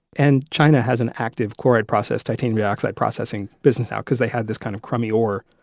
and china has an active chloride process, titanium dioxide processing business now. because they had this kind of crummier ore,